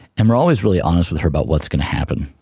um are always really honest with her about what was going to happen,